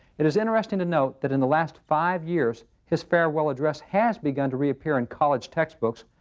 it is interesting to note that in the last five years, his farewell address has begun to reappear in college textbooks,